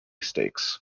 stakes